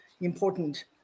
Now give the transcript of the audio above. important